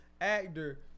actor